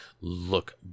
look